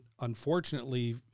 unfortunately